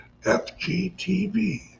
FGTV